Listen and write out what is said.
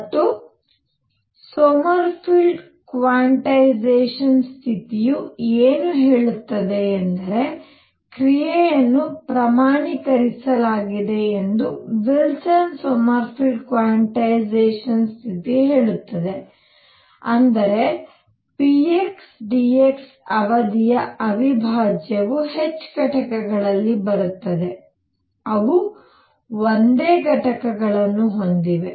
ಮತ್ತು Sommerfeld quantisation ಸ್ಥಿತಿಯು ಏನು ಹೇಳುತ್ತದೆ ಎಂದರೆ ಕ್ರಿಯೆಯನ್ನು ಪ್ರಮಾಣೀಕರಿಸಲಾಗಿದೆ ಎಂದು ವಿಲ್ಸನ್ ಸೊಮರ್ಫೆಲ್ಡ್ ಕ್ವನ್ಟೈಸೇಶನ್ ಸ್ಥಿತಿ ಹೇಳುತ್ತದೆ ಅಂದರೆ px dx ಅವಧಿಯ ಅವಿಭಾಜ್ಯವು h ಘಟಕಗಳಲ್ಲಿ ಬರುತ್ತದೆ ಅವು ಒಂದೇ ಘಟಕಗಳನ್ನು ಹೊಂದಿವೆ